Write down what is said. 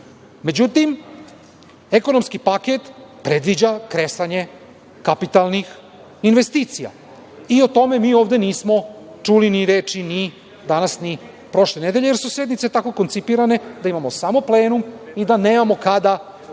Međutim, ekonomski paket predviđa kresanje kapitalnih investicija. I o tome mi ovde nismo čuli ni reč ni danas ni prošle nedelje, jer su sednice tako koncipirane da imamo samo plenum i da nemamo kada